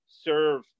serve